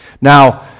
Now